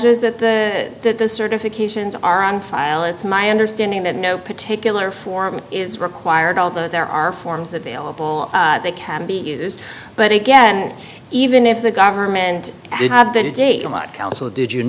s that the certifications are on file it's my understanding that no particular form is required although there are forms available they can be used but again even if the government did you